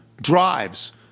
drives